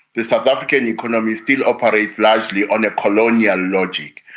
the south african economy still operates largely on a colonial logic,